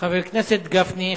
חבר הכנסת גפני.